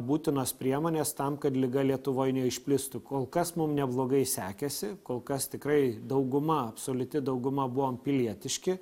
būtinos priemonės tam kad liga lietuvoj neišplistų kol kas mum neblogai sekėsi kol kas tikrai dauguma absoliuti dauguma buvom pilietiški